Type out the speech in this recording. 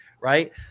Right